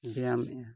ᱵᱮᱭᱟᱢᱮᱫᱼᱟ